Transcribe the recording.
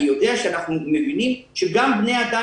אני יודע שאנחנו מבינים שגם בני האדם